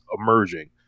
emerging